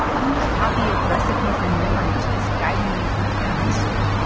whose copy of recipes and memories was guiding me through tiramisu?